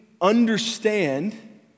understand